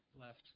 left